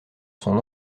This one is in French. son